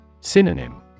Synonym